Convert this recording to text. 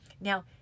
Now